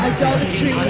Idolatry